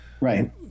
Right